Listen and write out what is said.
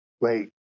Wait